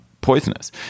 poisonous